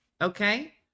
Okay